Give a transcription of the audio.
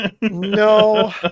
No